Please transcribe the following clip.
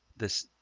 this,